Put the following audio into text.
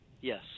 Yes